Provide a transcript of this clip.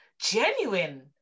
genuine